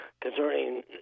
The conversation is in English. concerning